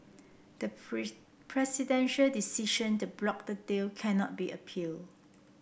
the presidential decision to block the deal cannot be appealed